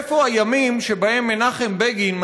איפה הימים שבהם מנחם בגין,